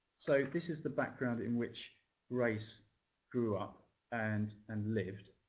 so this is the background in which grace grew up and and lived.